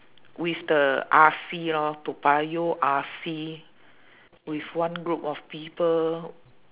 with the R_C lor toa payoh R_C with one group of people